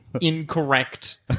incorrect